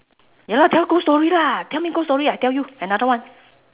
ya lah tell ghost story lah tell me ghost story I tell you another one